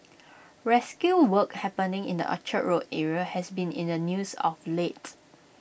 rescue work happening in the Orchard road area has been in the news of lates